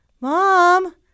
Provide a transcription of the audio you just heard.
Mom